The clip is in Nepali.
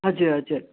हजुर हजुर